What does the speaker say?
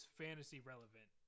fantasy-relevant